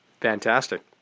Fantastic